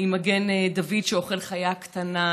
עם מגן דוד שאוכל חיה קטנה.